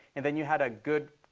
and then you had a good,